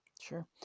Sure